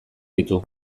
ditu